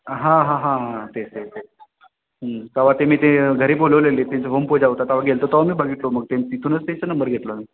अ हां हां हां हां हां तेच तेच तेच तेव्हा ते मी ते घरी बोलवलेले त्यांचं होम पूजा होता तेव्हा गेलतो तेव्हा मी बघितलं मग ते तिथूनच त्यांचा नंबर घेतला मी